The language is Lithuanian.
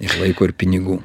ir laiko ir pinigų